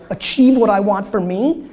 achieve what i want for me.